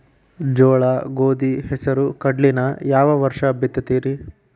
ಜೋಳ, ಗೋಧಿ, ಹೆಸರು, ಕಡ್ಲಿನ ಯಾವ ವರ್ಷ ಬಿತ್ತತಿರಿ?